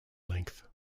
length